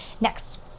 Next